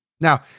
Now